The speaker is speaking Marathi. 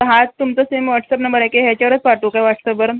हाच तुमचा सेम व्हॉट्सअॅप नंबर आहे की ह्याच्यावरच पाठवू काय व्हॉट्सअॅपवरून